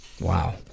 Wow